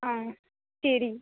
ஆ சரி